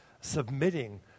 submitting